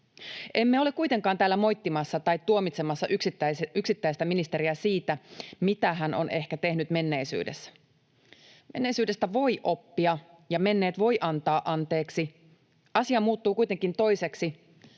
Emme ole kuitenkaan täällä moittimassa tai tuomitsemassa yksittäistä ministeriä siitä, mitä hän on ehkä tehnyt menneisyydessä. Menneisyydestä voi oppia, ja menneet voi antaa anteeksi; asia muuttuu kuitenkin toiseksi,